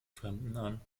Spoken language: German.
fremden